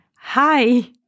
Hi